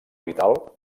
vital